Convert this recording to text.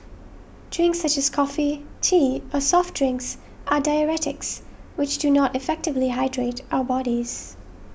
drinks such as coffee tea or soft drinks are diuretics which do not effectively hydrate our bodies